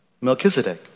Melchizedek